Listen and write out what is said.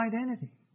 identity